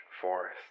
forest